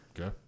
Okay